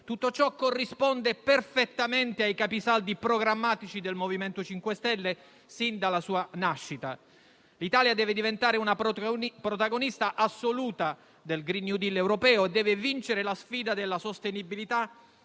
Tutto ciò corrisponde perfettamente ai capisaldi programmatici del MoVimento 5 Stelle sin dalla sua nascita. L'Italia deve diventare una protagonista assoluta del *green new deal* europeo e deve vincere la sfida della sostenibilità